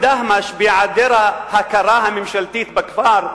בדהמש, בהיעדר ההכרה הממשלתית בכפר,